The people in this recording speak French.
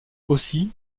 aussi